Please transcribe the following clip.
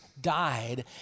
died